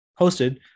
hosted